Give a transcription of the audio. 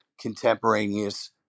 contemporaneous